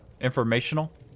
informational